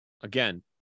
again